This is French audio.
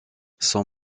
son